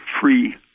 free